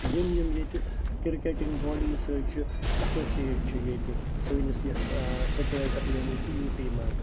یِم یِم ییٚتہِ کِرکٹِنٛگ باڈی سۭتۍ چھِ ایٚسوسِیٹ چھِ ییٚتہِ سٲنِس یَتھ ٲں سِٹیٹ یعنی کہِ یوٗ ٹی منٛز